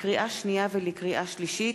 לקריאה שנייה ולקריאה שלישית: